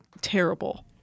terrible